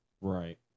Right